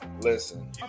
listen